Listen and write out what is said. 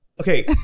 Okay